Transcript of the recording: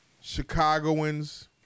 Chicagoans